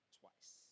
twice